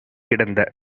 கிடந்த